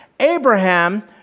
Abraham